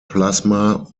plasma